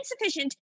insufficient